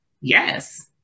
Yes